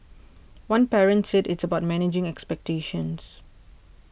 one parent said it's about managing expectations